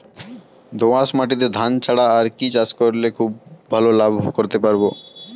দোয়াস মাটিতে ধান ছাড়া আর কি চাষ করলে খুব ভাল লাভ করতে পারব?